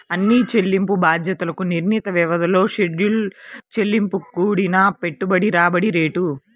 అన్ని చెల్లింపు బాధ్యతలకు నిర్ణీత వ్యవధిలో షెడ్యూల్ చెల్లింపు కూడిన పెట్టుబడి రాబడి రేటు